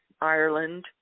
Ireland